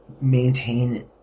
maintain